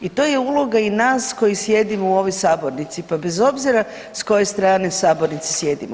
I to je uloga i nas koji sjedimo u ovoj sabornici pa bez obzira s koje strane sabornice sjedimo.